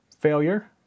failure